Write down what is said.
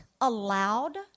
allowed